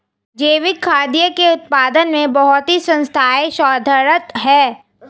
जैविक खाद्य के उत्पादन में बहुत ही संस्थाएं शोधरत हैं